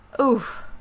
oof